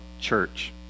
church